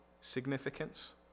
significance